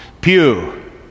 Pew